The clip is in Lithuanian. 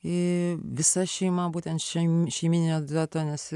visa šeima būtent šiam šeimyninio dueto nes